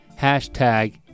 hashtag